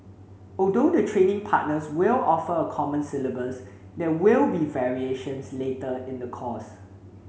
although the training partners will offer a common syllabus there will be variations later in the course